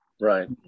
right